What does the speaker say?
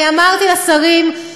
אני אמרתי לשרים,